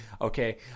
okay